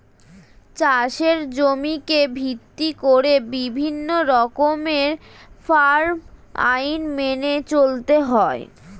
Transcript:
চাষের জমিকে ভিত্তি করে বিভিন্ন রকমের ফার্ম আইন মেনে চলতে হয়